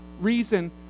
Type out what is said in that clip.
reason